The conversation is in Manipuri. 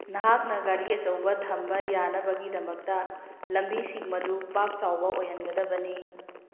ꯅꯍꯥꯛꯅ ꯒꯥꯔꯤ ꯑꯆꯧꯕ ꯊꯝꯕ ꯌꯥꯅꯕꯒꯤꯗꯃꯛꯇ ꯂꯝꯕꯤꯁꯤꯡ ꯃꯗꯨ ꯄꯥꯛ ꯆꯥꯎꯕ ꯑꯣꯏꯍꯟꯒꯗꯕꯅꯤ